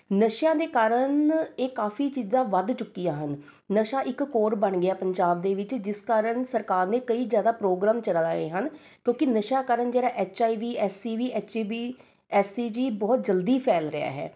ਨਸ਼ਿਆਂ ਦੇ ਕਾਰਨ ਇਹ ਕਾਫੀ ਚੀਜ਼ਾਂ ਵੱਧ ਚੁੱਕੀਆਂ ਹਨ ਨਸ਼ਾ ਇੱਕ ਕੋਡ ਬਣ ਗਿਆ ਪੰਜਾਬ ਦੇ ਵਿੱਚ ਜਿਸ ਕਾਰਨ ਸਰਕਾਰ ਨੇ ਕਈ ਜ਼ਿਆਦਾ ਪ੍ਰੋਗਰਾਮ ਚਲਵਾਏ ਹਨ ਕਿਉਂਕਿ ਨਸ਼ਿਆਂ ਕਾਰਨ ਜਿਹੜਾ H I B S E B H B S E G ਬਹੁਤ ਜਲਦੀ ਫੈਲ ਰਿਹਾ ਹੈ